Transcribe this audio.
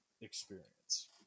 experience